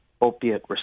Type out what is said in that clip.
opiate